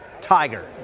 Tiger